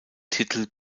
titel